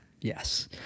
Yes